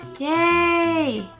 yay.